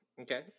Okay